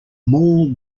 mall